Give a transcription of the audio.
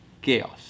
chaos